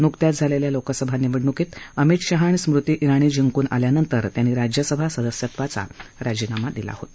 नुकत्याच झालेल्या लोकसभा निवडणुकीत अमित शहा आणि स्मृती जिणी जिंकून आल्यानंतर त्यांनी राज्यसभा सदस्यत्वाचा राजीनामा दिला होता